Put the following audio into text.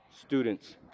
Students